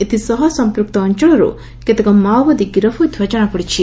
ଏଥିସହ ସଂପୂକ୍ତ ଅଂଚଳରୁ କିଛି ମାଓବାଦୀ ଗିରଫ ହୋଇଥିବା ଜଣାପଡ଼ିଛି